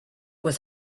was